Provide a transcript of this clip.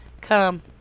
Come